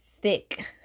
thick